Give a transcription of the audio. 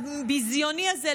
הביזיוני הזה,